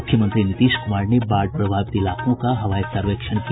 मुख्यमंत्री नीतीश कुमार ने बाढ़ प्रभावित इलाकों का हवाई सर्वेक्षण किया